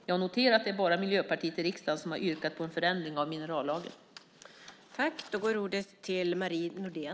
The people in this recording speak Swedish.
Jag har noterat att det bara är Miljöpartiet i riksdagen som har yrkat på en förändring av minerallagen.